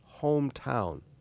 hometown